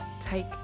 Take